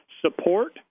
support